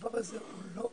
הדבר הזה הוא לא מורכב.